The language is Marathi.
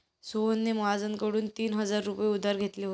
सोहनने महाजनकडून तीन हजार रुपये उधार घेतले होते